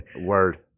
Word